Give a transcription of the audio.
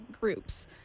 groups